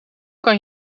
kan